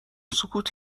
سکوت